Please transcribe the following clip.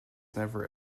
never